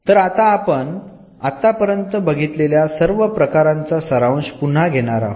तर आता आपण आत्तापर्यंत बघितलेल्या सर्व प्रकारांचा सारांश पुन्हा घेणार आहोत